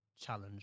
challenge